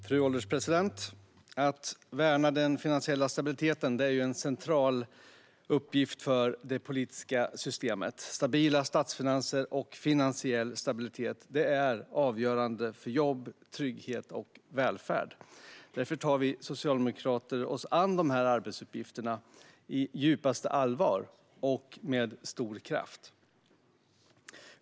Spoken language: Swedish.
Fru ålderspresident! Att värna den finansiella stabiliteten är en central uppgift för det politiska systemet. Stabila statsfinanser och finansiell stabilitet är avgörande för jobb, trygghet och välfärd. Därför tar vi socialdemokrater oss an de här arbetsuppgifterna i djupaste allvar och med stor kraft.